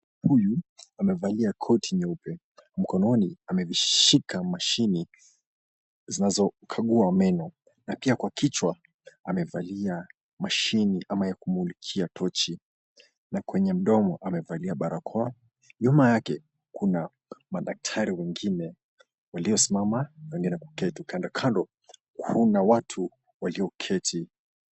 Huyu amevalia koti nyeupe, mkononi ameshika mashini zinazikagua meno na pia kwa kichwa amevalia mashini ama ya kumulikia tochi na kwenye mdomo amevalia barakoa. Nyuma yake kuna madaktari wengine waliosimama na wengine wameketi. Kando kando kuna watu walioketi.